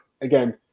again